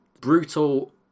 brutal